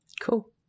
Cool